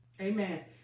Amen